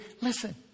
Listen